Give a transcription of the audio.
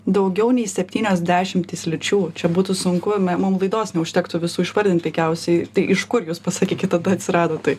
daugiau nei septynios dešimtys lyčių čia būtų sunku me mum laidos neužtektų visų išvardint veikiausiai tai iš kur jūs pasakykit tada atsirado tai